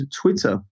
Twitter